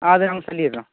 அது நாங்கள் சொல்லிடுறோம்